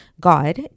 God